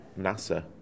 NASA